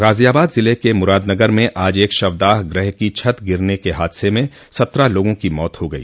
गाज़ियाबाद ज़िले के मुरादनगर में आज एक शवदाह गृह की छत गिरने के हादसे में सत्रह लोगों की मौत हो गई